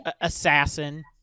assassin